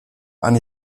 han